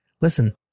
listen